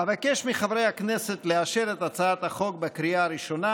אבקש מחברי הכנסת לאשר את הצעת החוק בקריאה הראשונה